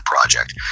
project